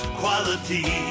quality